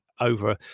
over